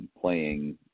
playing